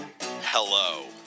Hello